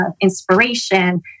inspiration